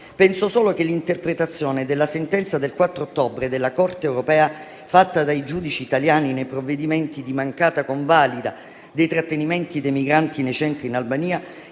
Penso solo che l'interpretazione della sentenza del 4 ottobre della Corte di giustizia dell'Unione europea fatta dai giudici italiani nei provvedimenti di mancata convalida dei trattenimenti dei migranti nei centri in Albania,